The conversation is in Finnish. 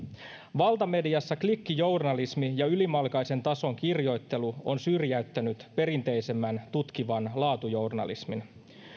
valtamediassa klikkijournalismi ja ylimalkaisen tason kirjoittelu on syrjäyttänyt perinteisemmän tutkivan laatujournalismin